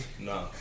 No